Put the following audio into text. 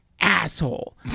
asshole